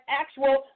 actual